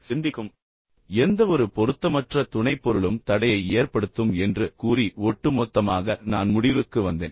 எனவே எந்தவொரு பொருத்தமற்ற துணைப்பொருளும் தடையை ஏற்படுத்தும் என்று கூறி ஒட்டுமொத்தமாக நான் முடிவுக்கு வந்தேன்